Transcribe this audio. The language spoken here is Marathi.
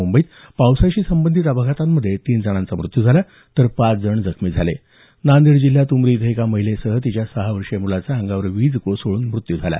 मुंबईत पावसाशी संबंधित अपघातांमध्ये तीन जणांचा मृत्यू झाला तर पाच जण जखमी झाले नांदेड जिल्ह्यात उमरी इथं एका महिलेसह तिच्या सहा वर्षीय मुलाचा अंगावर वीज कोसळून मृत्यू झाला